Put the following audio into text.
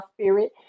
spirit